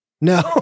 No